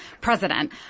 president